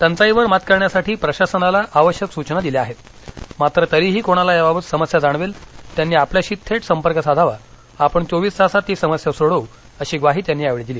टंचाईवर मात करण्यासाठी प्रशासनाला आवश्यक सूचना दिल्या आहेत मात्र तरीही कोणाला याबाबत समस्या जाणवेल त्यांनी आपल्याशी थेट संपर्क साधवा आपण चोवीस तासात ती समस्या सोडवू अशी ग्वाही त्यांनी यावेळी दिली